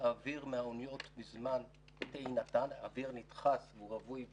האוויר מהאוניות בזמן טעינתן האוויר נדחס והוא רווי במזהמים.